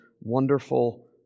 wonderful